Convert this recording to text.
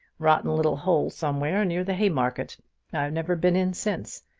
rotten little hole somewhere near the haymarket! i've never been in since.